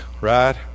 right